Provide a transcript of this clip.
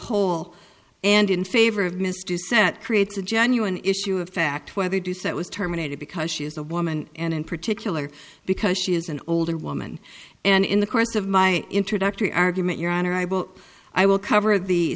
whole and in favor of miss dissent creates a genuine issue of fact whether doucette was terminated because she is a woman and in particular because she is an older woman and in the course of my introductory argument your honor i will i will cover the